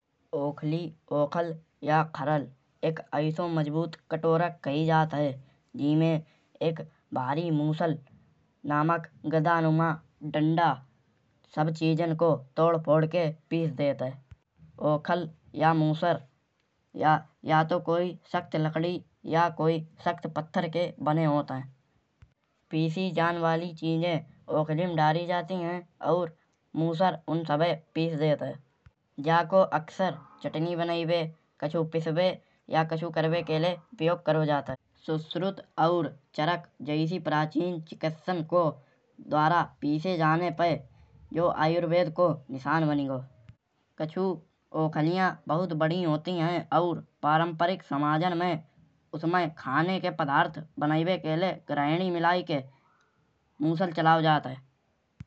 ओखली ओकल या खरल एक ऐसो मजबूत कटोरा का कही जात है। एमे एक भारी मुसल नमक गड़नुमा डंडा सब चीजन को तोड़ फोड़ के पीस देत है। ओखल या मुसल यातो कोई सख्त लकड़ी या कोई सख्त पत्थर के बने होत है। पीसी जान वाली चीजे ओखली मा डारी जाती है। और मुसल उन सभय पीस देत है। जाको अक्सर चटनी बनैबे कछु पीसवे या कछु करैबे के लाए उपयोग करो जात है। सुष्रुत और चरक जैसी प्राचीन चिकित्सक को द्वारा पीसे जाने पे यो आयुर्वेद को निशान बनी गओ। कछु ओखलिया बहुत बड़ी होती है। और पारंपरिक समाजन में उसमें खाने के पदार्थ बनैबे के लाए गृहिणी मिलाई के मुसल चलाओ जात है।